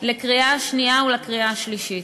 לקריאה השנייה ולקריאה השלישית.